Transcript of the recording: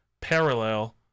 parallel